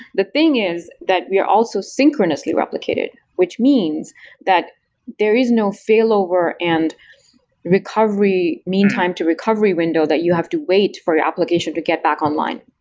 the thing is that we are also synchronously replicated, which means that there is no failover and recovery, meantime to recovery window that you have to wait for your application to get back online.